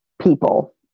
people